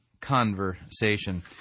conversation